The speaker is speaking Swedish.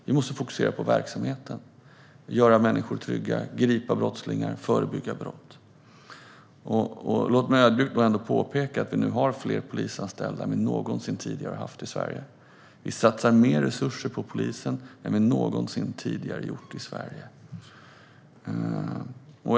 Vi måste fokusera på verksamheten: att göra människor trygga, att gripa brottslingar och att förebygga brott. Jag vill ödmjukt påpeka att vi nu har fler polisanställda än vi någonsin tidigare har haft i Sverige. Vi satsar mer resurser på polisen än vi någonsin tidigare har gjort i Sverige.